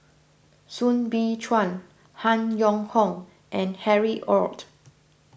Soo Bin Chua Han Yong Hong and Harry Ord